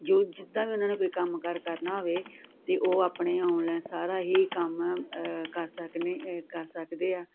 ਜੋ ਜਿੱਦਾਂ ਵੀ ਉਹਨਾਂ ਨੇ ਕੋਈ ਕੰਮ ਕਾਰ ਕਰਨਾ ਹੋਵੇ ਤਾਂ ਉਹ ਆਪਣੇ ਆਨਲਾਈਨ ਸਾਰਾ ਹੀ ਕੰਮ ਕਰ ਸਕਦੇ ਕਰ ਸਕਦੇ ਆ